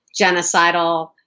genocidal